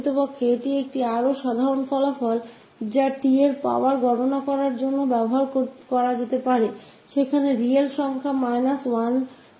तो वास्तव में यह एक अधिक सामान्य परिणाम जो t के power कंप्यूटिंग के लिए इस्तेमाल किया जा सकता कोई वास्तविक संख्या अधिक से अधिक 1है